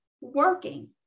working